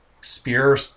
spear